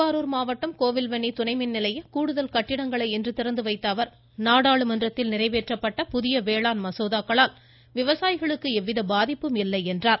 திருவாரூர் மாவட்டம் கோவில்வென்னி துணைமின் நிலைய கூடுதல் கட்டிடங்களை இன்று திறந்து வைத்த அவர் நாடாளுமன்றத்தில் நிறைவேற்றப்பட்ட புதிய வேளாண் மசோதாக்களால் விவசாயிகளுக்கு எவ்வித பாதிப்பும் இல்லை என்றார்